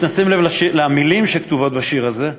כדי שנשים לב למילים שכתובות בשיר הזה.